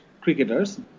cricketers